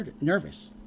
nervous